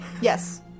Yes